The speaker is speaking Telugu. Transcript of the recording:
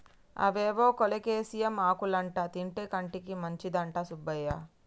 అవేవో కోలేకేసియం ఆకులంటా తింటే కంటికి మంచిదంట సుబ్బయ్య